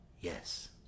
Yes